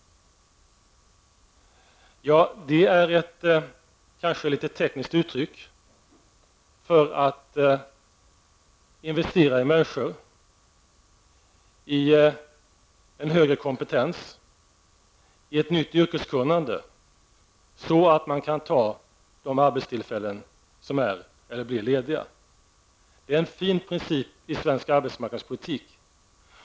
Det är kanske ett litet tekniskt uttryck för att investera i människor, i en högre kompetens och i ett nytt yrkeskunnande så att människor kan ta de arbeten som är eller bli lediga. Det är en fin princip i svensk arbetsmarknadspolitik.